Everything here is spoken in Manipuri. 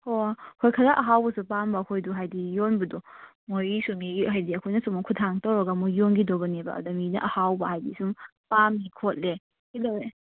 ꯑꯣ ꯍꯣꯏ ꯈꯔ ꯑꯍꯥꯎꯕꯁꯨ ꯄꯥꯝꯕ ꯑꯩꯈꯣꯏꯗꯨ ꯍꯥꯏꯗꯤ ꯌꯣꯟꯕꯗꯣ ꯃꯣꯏꯒꯤꯁꯨ ꯃꯤꯒꯤ ꯍꯥꯏꯗꯤ ꯑꯩꯈꯣꯏꯅ ꯁꯨꯝ ꯈꯨꯠꯊꯥꯡ ꯇꯧꯔꯒ ꯑꯃꯨꯛ ꯌꯣꯟꯈꯤꯗꯧꯕꯅꯦꯕ ꯑꯗ ꯃꯤꯅ ꯑꯍꯥꯎꯕ ꯍꯥꯏꯗꯤ ꯁꯨꯝ ꯄꯥꯝꯃꯤ ꯈꯣꯠꯂꯦ ꯀꯩꯗꯧꯋꯦ